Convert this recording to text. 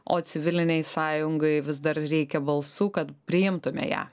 o civilinei sąjungai vis dar reikia balsų kad priimtume ją